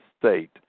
state